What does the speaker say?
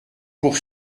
pour